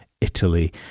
Italy